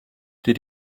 did